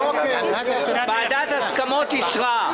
ועדת ההסכמות אישרה.